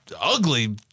ugly